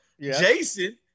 Jason –